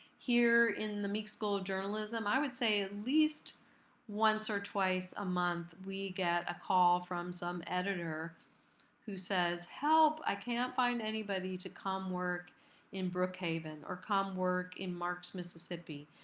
here in the meek school of journalism, i would say at least once or twice a month we get a call from some editor who says, help, i can't find anybody to come work in brookhaven, or come work in marks, mississippi.